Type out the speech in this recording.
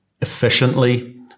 efficiently